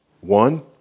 One